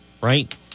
right